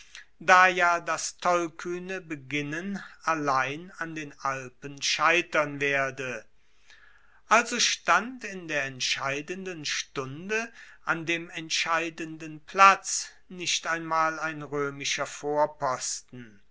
da ja das tollkuehne beginnen allein an den alpen scheitern werde also stand in der entscheidenden stunde an dem entscheidenden platz nicht einmal ein roemischer